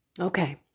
Okay